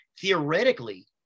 theoretically